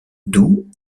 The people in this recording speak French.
doux